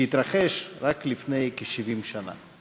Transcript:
שהתרחש רק לפני כ-70 שנה.